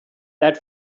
that